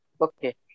Okay